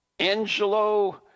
Angelo